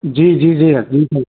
जी जी भेण जी